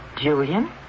Julian